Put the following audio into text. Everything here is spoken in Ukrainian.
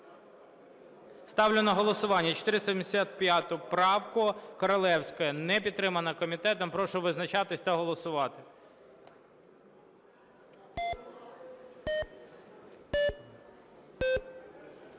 Ставлю на голосування 485 правку Королевської. Не підтримана комітетом. Прошу визначатися та голосувати.